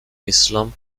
islam